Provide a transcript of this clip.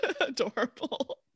adorable